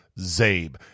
zabe